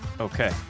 Okay